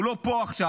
הוא לא פה עכשיו,